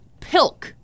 Pilk